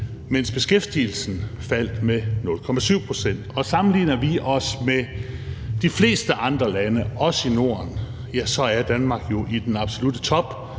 mens beskæftigelsen faldt med 0,7 pct. Sammenligner vi os med de fleste andre lande, også i Norden, så er Danmark jo i den absolutte top